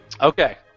Okay